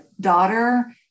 daughter